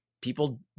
people